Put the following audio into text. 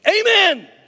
amen